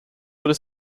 wurde